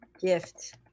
GIFT